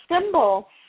symbol